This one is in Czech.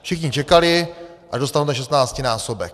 Všichni čekali a zůstal ten šestnáctinásobek.